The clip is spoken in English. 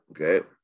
okay